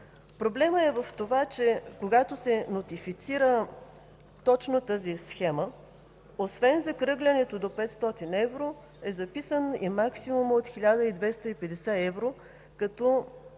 Проблемът е в това, че, когато се нотифицира точно тази схема освен закръглянето до 500 евро, е записан и максимумът от 1250 евро. Като